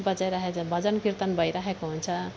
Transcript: बजाइराखेको छ भजन कीर्तन भइराखेको हुन्छ